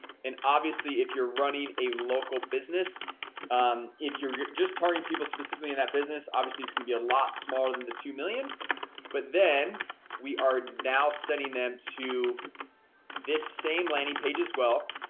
and obviously if you're running a local business um if you're just targeting people specifically in that business, obviously, it's gonna be a lot smaller than the two million but then we are now sending them to this same landing page as well.